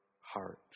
heart